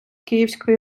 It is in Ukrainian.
київської